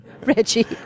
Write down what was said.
Reggie